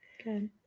okay